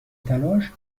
تلاش